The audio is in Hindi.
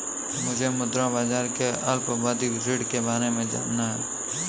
मुझे मुद्रा बाजार के अल्पावधि ऋण के बारे में जानना है